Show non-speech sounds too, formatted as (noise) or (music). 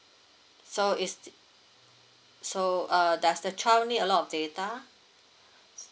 so is t~ so uh does the child need a lot of data (breath)